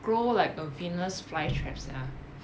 grow like a venus flytrap sia